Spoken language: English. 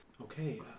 Okay